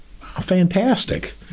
Fantastic